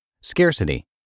Scarcity